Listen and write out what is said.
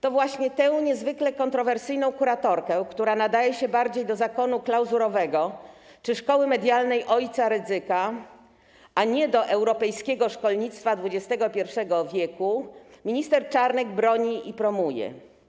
To właśnie tę niezwykle kontrowersyjną kuratorkę, która nadaje się bardziej do zakonu klauzurowego czy szkoły medialnej ojca Rydzyka, a nie do europejskiego szkolnictwa XXI w., minister Czarnek broni i promuje.